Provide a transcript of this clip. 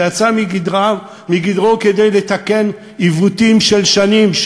שיצא מגדרו כדי לתקן עיוותים של שנים,